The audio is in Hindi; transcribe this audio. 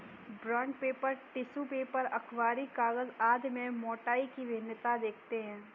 बॉण्ड पेपर, टिश्यू पेपर, अखबारी कागज आदि में मोटाई की भिन्नता देखते हैं